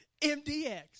MDX